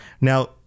Now